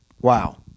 Wow